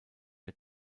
der